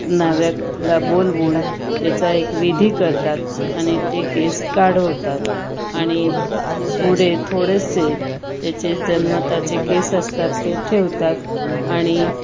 न्हाव्याला बोलवून त्याचा एक विधी करतात आणि ते केस काढवतात आणि पुढे थोडेसे त्याचे जन्मतःचे केस असतात ते ठेवतात आणि